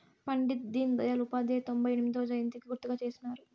పండిట్ డీన్ దయల్ ఉపాధ్యాయ తొంభై ఎనిమొదవ జయంతికి గుర్తుగా చేసినారు